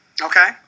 Okay